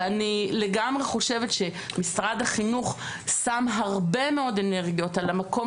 ואני לגמרי חושבת שמשרד החינוך שם הרבה מאוד אנרגיות על המקום